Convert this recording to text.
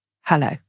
hello